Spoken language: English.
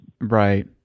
Right